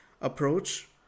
approach